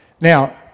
Now